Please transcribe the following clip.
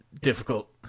difficult